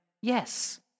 Yes